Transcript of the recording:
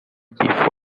before